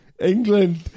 England